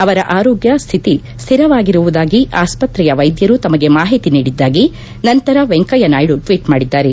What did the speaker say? ಅವರ ೆಆರೋಗ್ಯ ಸ್ಥಿತಿ ಕ್ಷಿರವಾಗಿರುವುದಾಗಿ ಆಸ್ಪತ್ರೆಯ ವೈದ್ಯರು ತಮಗೆ ಮಾಹಿತಿ ನೀಡಿದ್ಲಾಗಿ ನಂತರ ವೆಂಕಯ್ಲ ನಾಯ್ಗ ಟ್ಲೀಟ್ ಮಾಡಿದ್ಗಾರೆ